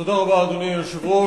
אדוני היושב-ראש,